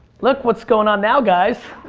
look what's going on now guys!